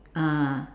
ah